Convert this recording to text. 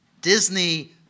Disney